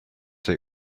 they